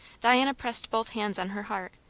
diana pressed both hands on her heart,